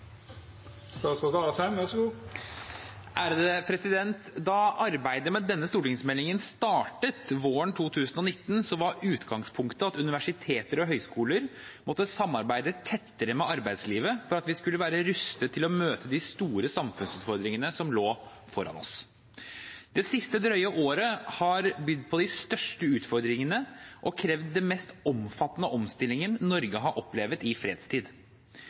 Da arbeidet med denne stortingsmeldingen startet våren 2019, var utgangspunktet at universiteter og høyskoler måtte samarbeide tettere med arbeidslivet for at vi skulle være rustet til å møte de store samfunnsutfordringene som lå foran oss. Det siste drøye året har bydd på de største utfordringene og krevd den mest omfattende omstillingen Norge har opplevd i fredstid.